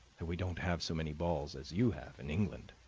that we don't have so many balls as you have in england.